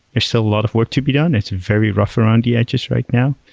there's still a lot of work to be done. it's very rough around the edges right now,